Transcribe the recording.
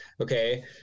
okay